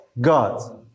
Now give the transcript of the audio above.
God